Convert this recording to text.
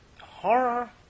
Horror